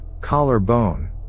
collarbone